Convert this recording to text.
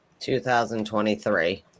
2023